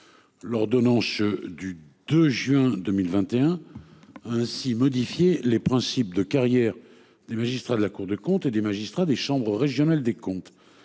L'ordonnance du 2 juin 2021. Ainsi modifier les principes de carrière des magistrats de la Cour de comptes et des magistrats des Chambres régionales des comptes,